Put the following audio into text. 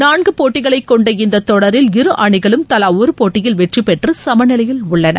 நான்கு போட்டிகளைக் கொண்ட இந்த தொடரில் இருஅணிகளும் தலா ஒரு போட்டியில் வெற்றி பெற்று சமநிலையில் உள்ளன